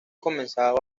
comenzaba